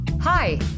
Hi